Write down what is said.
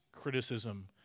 criticism